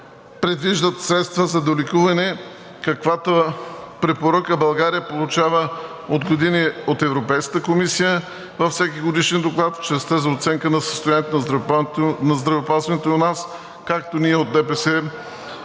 предвиждат средства за долекуване, каквато препоръка получава България от години от Европейската комисия във всеки Годишен доклад в частта за оценка на състоянието на здравеопазването у нас – както ние от ДПС